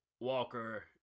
Walker